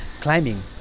climbing